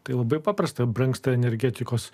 tai labai paprasta brangsta energetikos